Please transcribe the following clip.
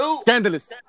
Scandalous